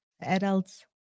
Adults